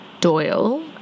Doyle